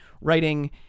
writing